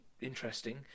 interesting